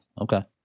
okay